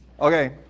Okay